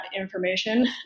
information